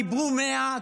דיברו, מאה.